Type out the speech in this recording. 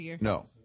No